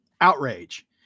outrage